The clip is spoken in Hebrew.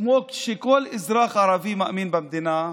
כמו שכל אזרח ערבי מאמין במדינה,